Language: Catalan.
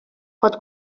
pot